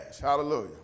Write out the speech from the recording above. Hallelujah